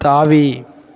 தாவி